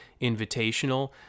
invitational